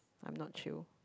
I am not chill